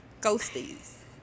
ghosties